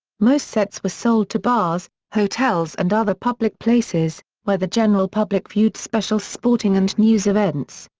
most sets were sold to bars, hotels and other public places, where the general public viewed special sporting and news events.